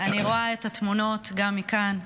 אני רואה את התמונות גם מכאן.